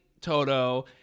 Toto